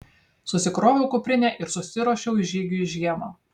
susikroviau kuprinę ir susiruošiau žygiui žiemą